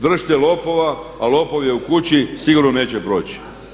Držite lopova, a lopov je u kući sigurno neće proći.